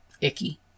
icky